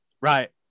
Right